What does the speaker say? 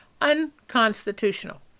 unconstitutional